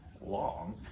long